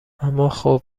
اماخب